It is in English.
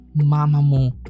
Mamamo